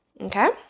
Okay